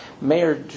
Mayor